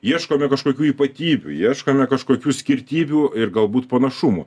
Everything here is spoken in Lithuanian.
ieškome kažkokių ypatybių ieškome kažkokių skirtybių ir galbūt panašumų